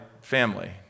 family